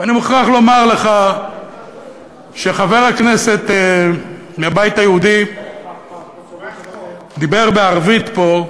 אני מוכרח לומר לך שחבר הכנסת מהבית היהודי דיבר בערבית פה,